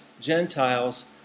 Gentiles